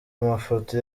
mafoto